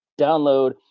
download